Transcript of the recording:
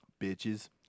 Bitches